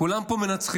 כולם פה מנצחים.